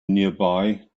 nearby